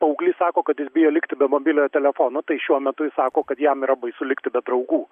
paauglys sako kad jis bijo likti be mobiliojo telefono tai šiuo metu jis sako kad jam yra baisu likti be draugų